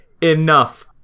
enough